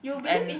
and